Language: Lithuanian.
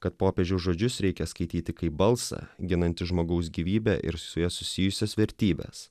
kad popiežiaus žodžius reikia skaityti kaip balsą ginantį žmogaus gyvybę ir su ja susijusias vertybes